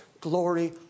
glory